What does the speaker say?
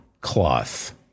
cloth